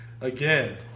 again